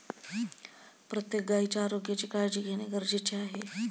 प्रत्येक गायीच्या आरोग्याची काळजी घेणे गरजेचे आहे